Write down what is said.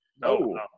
no